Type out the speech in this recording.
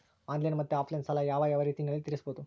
Online ಮತ್ತೆ offline ಸಾಲ ಯಾವ ಯಾವ ರೇತಿನಲ್ಲಿ ತೇರಿಸಬಹುದು?